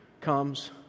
comes